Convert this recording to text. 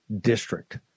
district